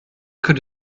could